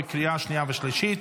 בקריאה שנייה ושלישית.